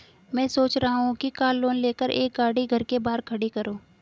मैं सोच रहा हूँ कि कार लोन लेकर एक गाड़ी घर के बाहर खड़ी करूँ